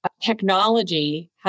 technology